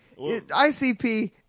ICP